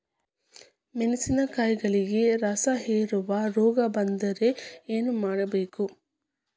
ಮೆಣಸಿನಕಾಯಿಗಳಿಗೆ ರಸಹೇರುವ ರೋಗ ಬಂದರೆ ಏನು ಮಾಡಬೇಕು?